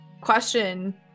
Question